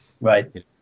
Right